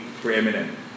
preeminent